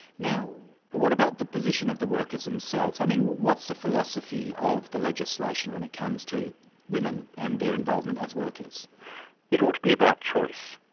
now what about the position of the workers themselves? i mean what's the philosophy of the legislation when it comes to women and their involvement as workers? it ought to be about choice.